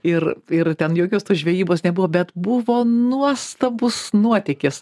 ir ir ten jokios tos žvejybos nebuvo bet buvo nuostabus nuotykis